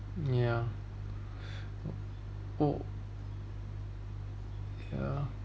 yeah oh oh yeah